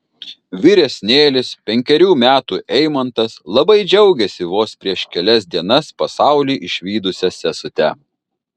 vyresnėlis penkerių metų eimantas labai džiaugiasi vos prieš kelias dienas pasaulį išvydusia sesute